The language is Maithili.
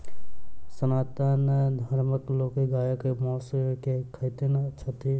सनातन धर्मक लोक गायक मौस नै खाइत छथि